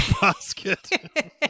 basket